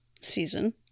season